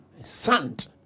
Sand